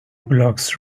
blocks